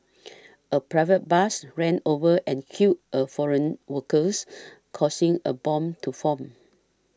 a private bus ran over and killed a foreign workers causing a bom to form